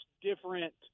different –